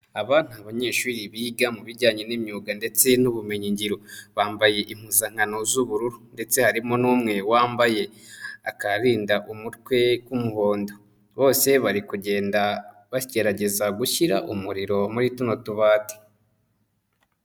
Aba ni abanyeshuri biga mu bijyanye n'imyuga ndetse n'ubumenyi ngiro; bambaye impuzankano z'ubururu, ndetse harimo n'umwe wambaye akarinda umutwe k'umuhondo. Bose bari kugenda bagerageza gushyira umuriro muri tuno tubati.